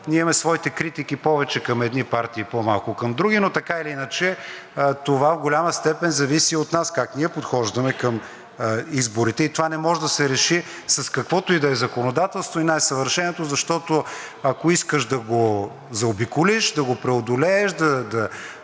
ние имаме своите критики повече към едни партии и по-малко към други, но така или иначе, това в голяма степен зависи от нас как ние подхождаме към изборите. Това не може да се реши с каквото и да е законодателство, и най съвършеното, защото, ако искаш да го заобиколиш, да го преодолееш, да